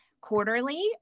quarterly